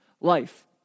Life